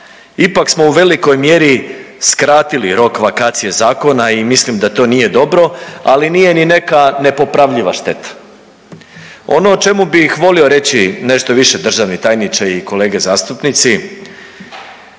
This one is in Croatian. ipak smo u velikoj mjeri skratili rok vakacije zakona i mislim da to nije dobro, ali nije ni neka nepopravljiva šteta. Ono o čemu bih volio reći nešto više, državni tajniče i kolege zastupnici,